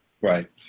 Right